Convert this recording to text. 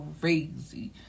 crazy